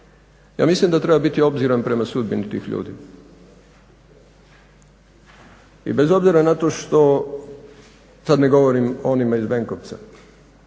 ja mislim da treba biti obziran prema sudbini tih ljudi. I bez obzira na to što, sad ne govorim o onima iz Benkovca